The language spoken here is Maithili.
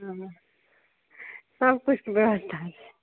हँ सबकिछुके के व्यवस्था छै